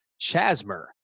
Chasmer